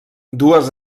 dues